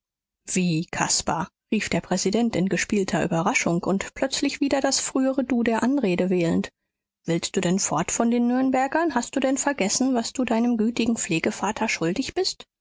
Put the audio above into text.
wie caspar rief der präsident in gespielter überraschung und plötzlich wieder das frühere du der anrede wählend willst du denn fort von den nürnbergern hast du denn vergessen was du deinem gütigen pflegevater schuldig bist